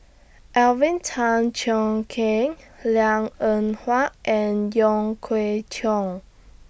Alvin Tan Cheong Kheng Liang Eng Hwa and Wong Kwei Cheong